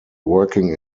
working